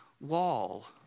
wall